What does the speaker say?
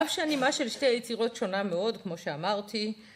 ‫אף שהנימה של שתי יצירות ‫שונה מאוד, כמו שאמרתי.